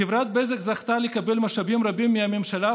חברת בזק זכתה לקבל משאבים רבים מהממשלה,